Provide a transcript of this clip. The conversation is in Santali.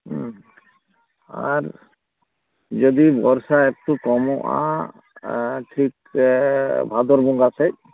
ᱟᱨ ᱡᱩᱫᱤ ᱵᱚᱨᱥᱟ ᱮᱠᱴᱩ ᱠᱚᱢᱚᱜᱼᱟ ᱟᱨ ᱴᱷᱤᱠ ᱛᱮ ᱵᱷᱟᱫᱚᱨ ᱵᱚᱸᱜᱟ ᱥᱮᱡ